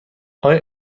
آیا